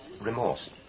remorse